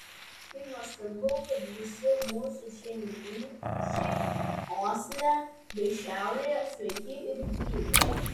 kaip nuostabu kad visi mūsų šeimynykščiai osle bei šiaurėje sveiki ir gyvi